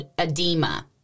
edema